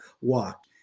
walk